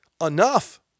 Enough